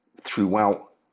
throughout